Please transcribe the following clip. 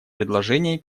предложений